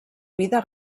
vida